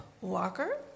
walker